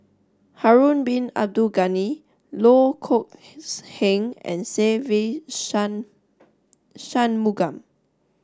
Harun Bin Abdul Ghani Loh Kok Heng and Se Ve Shanmugam